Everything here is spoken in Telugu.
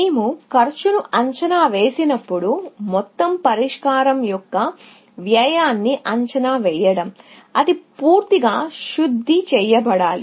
మేము కాస్ట్ను అంచనా వేసినప్పుడు మొత్తం పరిష్కారం యొక్క వ్యయాన్ని అంచనా వేయడం అది పూర్తిగా శుద్ధి చేయబడాలి